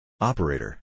Operator